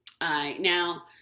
Now